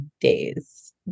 days